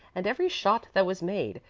and every shot that was made,